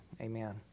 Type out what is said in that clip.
Amen